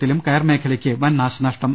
ത്തിലും കയർ മേഖലയ്ക്ക് വൻ നാശ നഷ്ടം